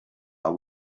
are